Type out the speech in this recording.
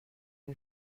une